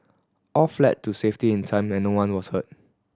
all fled to safety in time and no one was hurt